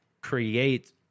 create